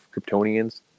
kryptonians